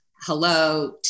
Hello